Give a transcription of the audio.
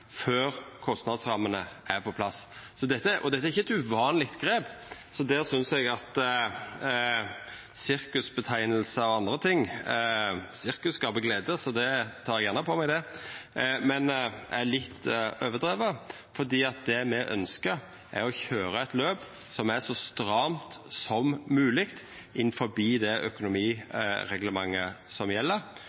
før kostnadsrammene er på plass. Dette er ikkje eit uvanleg grep, så der synest eg at å kalla det sirkus og andre ting – sirkus skapar glede, så det tek eg gjerne på meg – er litt overdrive, for det me ønskjer, er å køyra eit løp som er så stramt som mogleg, innanfor det økonomireglementet som gjeld.